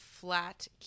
flat